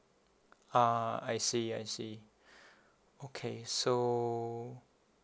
ah I see I see okay so